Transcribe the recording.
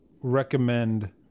recommend